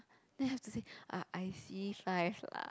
then I have to say ah I c-five lah